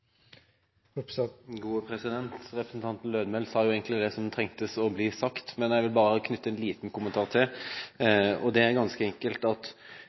Representanten Lødemel sa egentlig det som trengte å bli sagt, men jeg vil bare knytte en liten kommentar til det. Det er ganske enkelt det at